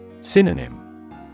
Synonym